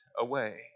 away